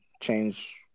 change